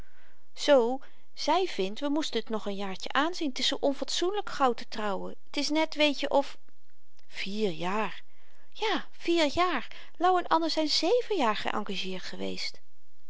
z zy vindt we moesten t nog n jaartjen aanzien t is zoo onfatsoenlyk gauw te trouwen t is net weetje of vier jaar ja vier jaar louw en anna zyn zeven jaar geëngageerd geweest